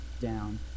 down